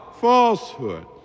falsehood